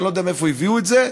אני לא יודע מאיפה הביאו את זה.